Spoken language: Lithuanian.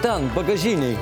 ten bagažinėj